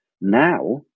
now